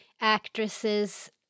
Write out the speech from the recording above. actresses